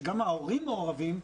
שגם ההורים מעורבים.